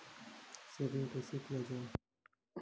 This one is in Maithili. सेविंग कैसै किया जाय?